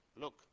Look